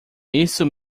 isso